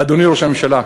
אדוני ראש הממשלה,